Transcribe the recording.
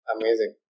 Amazing